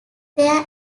their